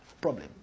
Problem